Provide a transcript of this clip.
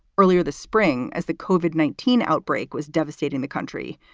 earlier this spring, as the covered nineteen outbreak was devastating the country,